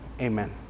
amen